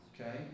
Okay